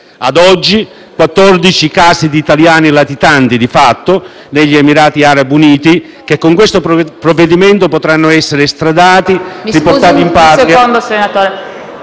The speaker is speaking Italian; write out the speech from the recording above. Ad oggi, 14 casi di italiani latitanti di fatto negli Emirati Arabi Uniti, che con questo provvedimento potranno essere estradati e riportati in Patria...